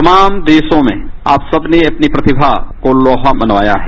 तमाम देशों में आप सबने अपनी प्रतिभा को लोहा मनवाया है